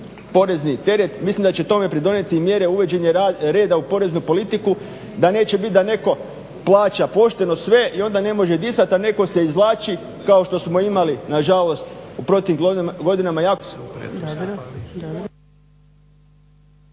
Mislim da će tome pridonijeti i mjere uvođenja reda u poreznu politiku, da neće biti da netko plaća pošteno sve i onda ne može dizati, a netko se izvlači kao što smo imali nažalost u proteklim godinama … /Govorniku